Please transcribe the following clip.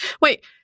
Wait